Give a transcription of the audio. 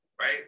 right